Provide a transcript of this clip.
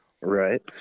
Right